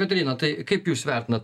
kotryna tai kaip jūs vertinat